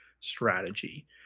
strategy